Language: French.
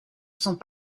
sont